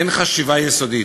אין חשיבה יסודית,